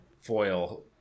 foil